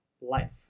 life